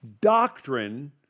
Doctrine